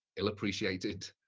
ill appreciated,